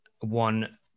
one